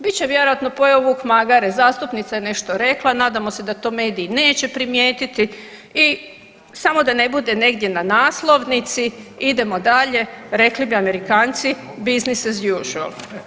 Bit će vjerojatno pojeo vuk magare, zastupnica je nešto rekla, nadamo se da to mediji neće primijetiti i samo da ne bude negdje na naslovnici, idemo dalje rekli bi Amerikanci business as usual.